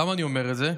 למה אני אומר את זה?